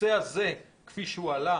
הנושא הזה כפי שהועלה,